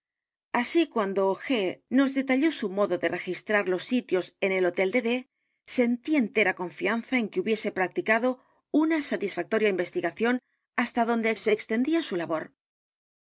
así cuando g nos detalló su modo de r e g i s t r a r los sitios en el hotel de d sentí entera confianza en que hubiese practicado una satisfactoria investigación hasta donde se extendía su labor